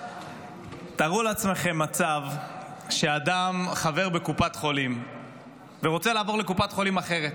תארו לעצמכם מצב שאדם חבר בקופת חולים ורוצה לעבור לקופת חולים אחרת,